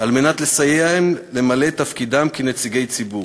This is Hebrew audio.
כדי לסייע להם למלא את תפקידם כנציגי ציבור.